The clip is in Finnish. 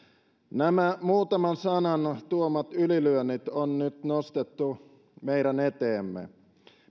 nämä muutaman sanan tuomat ylilyönnit on nyt nostettu meidän eteemme